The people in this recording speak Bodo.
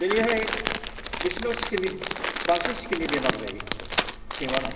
दिनैहाय बिसिनाव स्किन नि बांसिन स्किन नि बेमार जायो सैमानाव